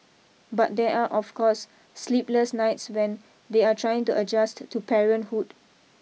but there are of course sleepless nights when they are trying to adjust to parenthood